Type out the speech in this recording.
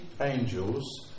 angels